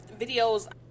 videos